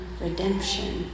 redemption